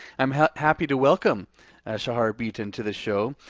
i'm happy to welcome shahar bitton to the show.